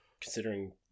considering